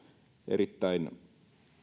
erittäin